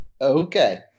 Okay